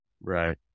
right